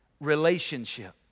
relationship